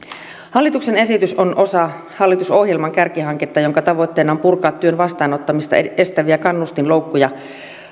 hallituksen esitys on osa hallitusohjelman kärkihanketta jonka tavoitteena on purkaa työn vastaanottamista estäviä kannustinloukkuja